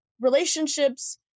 relationships